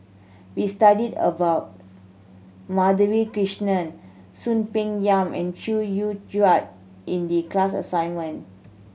we studied about Madhavi Krishnan Soon Peng Yam and Chew Joo in the class assignment